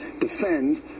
defend